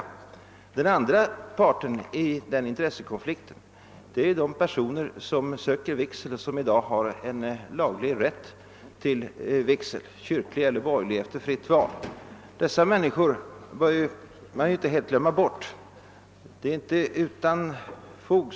Den andra parten i denna intressekonflikt är de personer som i dag söker vigsel och som har en laglig rätt till kyrklig: eller: borgerlig vigsel efter fritt val. Man bör inte heli glömma bort dessa människor.